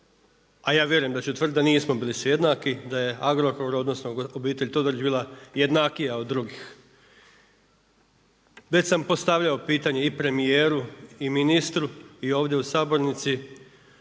a ja vjerujem da će utvrditi, da nismo svi bili jednaki, da je Agrokor, odnosno obitelj Todorić bila jednakija od drugih. Već sam postavljao pitanje i premijeru i ministru i ovdje u sabornici